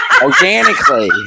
organically